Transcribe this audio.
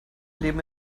leben